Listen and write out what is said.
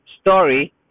story